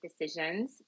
decisions